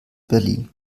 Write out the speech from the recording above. berlin